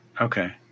Okay